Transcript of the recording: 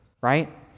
right